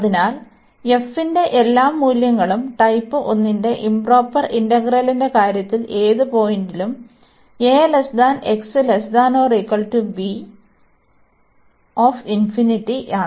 അതിനാൽ f ന്റെ എല്ലാ മൂല്യങ്ങളും ടൈപ്പ് 1 ന്റെ ഇoപ്രോപ്പർ ഇന്റഗ്രലിന്റെ കാര്യത്തിൽ ഏത് പോയിന്റിലും യാണ്